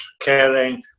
caring